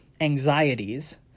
anxieties